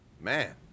Man